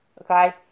Okay